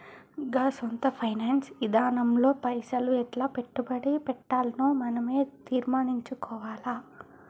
గా సొంత ఫైనాన్స్ ఇదానంలో పైసలు ఎట్లా పెట్టుబడి పెట్టాల్నో మనవే తీర్మనించుకోవాల